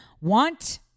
want